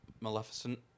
Maleficent